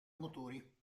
motori